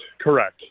Correct